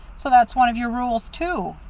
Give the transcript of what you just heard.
so that's one of your rules, too?